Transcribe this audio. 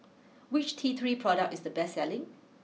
which T three product is the best selling